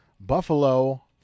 Buffalo